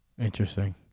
Interesting